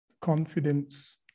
confidence